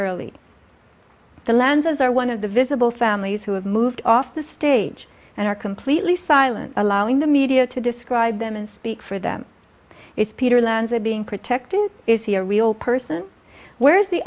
early the lands as are one of the visible families who have moved off the stage and are completely silent allowing the media to describe them and speak for them is peter lanza being protected is he a real person where's the